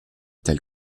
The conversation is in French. tels